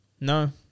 No